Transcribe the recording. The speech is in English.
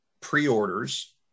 pre-orders